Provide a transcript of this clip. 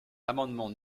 l’amendement